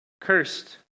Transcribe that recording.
Cursed